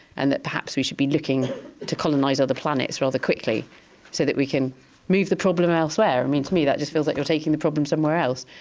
and that perhaps we should be looking to colonise other planets rather quickly so that we can move the problem elsewhere. and to me that just feels like you're taking the problem somewhere else.